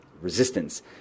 resistance